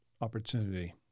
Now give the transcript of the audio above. opportunity